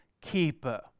keeper